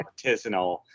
artisanal